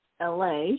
LA